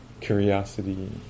curiosity